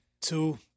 two